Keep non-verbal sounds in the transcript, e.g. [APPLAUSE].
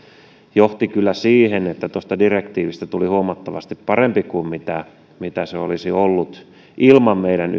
johti kyllä siihen että tuosta direktiivistä tuli huomattavasti parempi kuin se olisi ollut ilman meidän [UNINTELLIGIBLE]